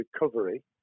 recovery